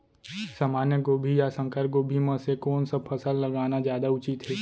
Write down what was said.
सामान्य गोभी या संकर गोभी म से कोन स फसल लगाना जादा उचित हे?